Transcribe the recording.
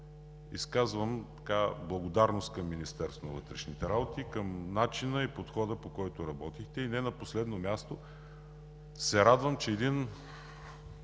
изказвам благодарност към Министерството на вътрешните работи, към начина и подхода, по който работихте. Не на последно място се радвам, че един